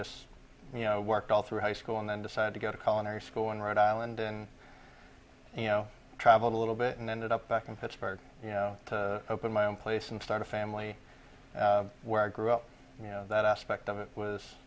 just you know worked all through high school and then decided to go to call in or school in rhode island and you know traveled a little bit and ended up back in pittsburgh you know open my own place and start a family where i grew up you know that aspect of it was